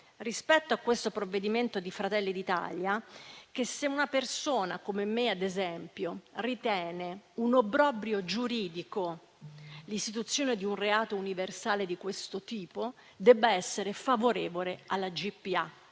rispetto a questo provvedimento di Fratelli d'Italia, se una persona come me, ad esempio, ritiene un obbrobrio giuridico l'istituzione di un reato universale di questo tipo, debba essere favorevole alla GPA